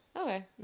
Okay